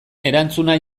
erantzuna